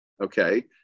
okay